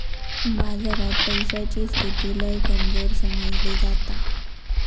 बाजारात पैशाची स्थिती लय कमजोर समजली जाता